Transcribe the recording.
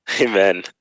Amen